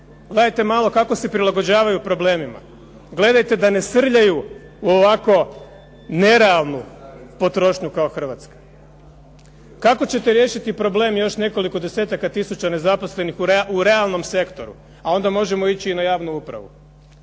gledajte malo kako se prilagođavaju problemima, gledajte da ne srljamo u ovako nerealnu potrošnju kao Hrvatska. Kako ćete riješiti problem još nekoliko desetaka tisuća nezaposlenih u realnom sektoru a onda možemo ići i na javnu upravu,